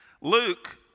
Luke